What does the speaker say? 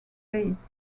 base